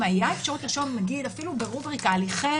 אם היה אפשרות לרשום אפילו ברובריקה: הליכי